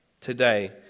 today